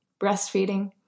breastfeeding